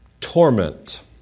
Torment